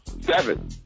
Seven